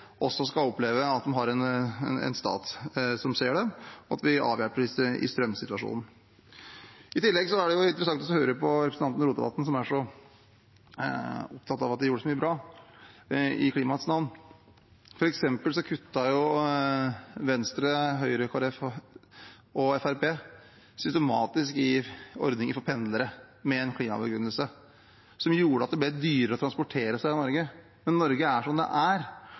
også skal oppleve at de har en stat som ser dem, og at vi avhjelper i strømsituasjonen. I tillegg er det interessant å høre på representanten Rotevatn, som er så opptatt av at de gjorde så mye bra i klimaets navn. For eksempel kuttet Venstre, Høyre, Kristelig Folkeparti og Fremskrittspartiet systematisk i ordninger for pendlere, med en klimabegrunnelse, som gjorde at det ble dyrere med transport i Norge. Men Norge er som det er,